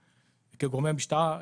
כגורמי משטרה,